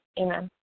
Amen